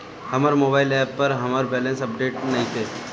हमर mobile app पर हमर बैलेंस अपडेट नइखे